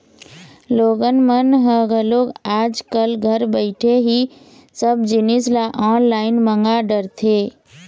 लोगन मन ह घलोक आज कल घर बइठे ही सब जिनिस ल ऑनलाईन मंगा डरथे